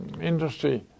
industry